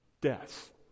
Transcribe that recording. death